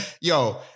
Yo